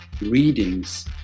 readings